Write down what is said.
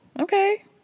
Okay